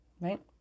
right